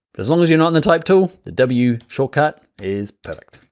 but as long as you're not in the type tool, the w shortcut is perfect.